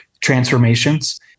transformations